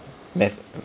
math